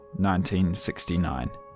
1969